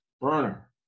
burner